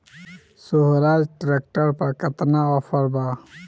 सोहराज tractor पर केतना offer बा?